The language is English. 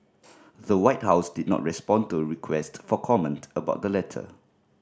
the White House did not respond to request for comment about the letter